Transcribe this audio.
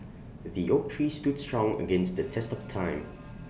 the oak tree stood strong against the test of time